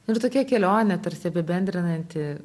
nu ir tokia kelionė tarsi apibendrinanti